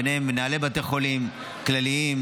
ובהם מנהלי בתי חולים כלליים,